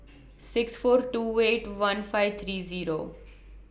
six four two Way two one five three Zero